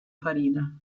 farina